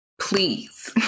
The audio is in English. please